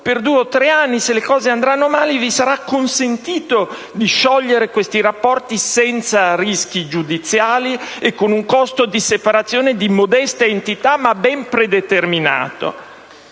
per due o tre anni, se le cose andranno male vi sarà consentito di sciogliere questi rapporti senza rischi giudiziali e con un costo di separazione di modesta entità ma ben predeterminato».